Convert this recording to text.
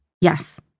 yes